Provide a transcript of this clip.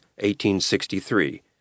1863